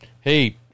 hey